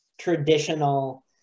traditional